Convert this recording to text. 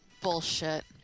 Bullshit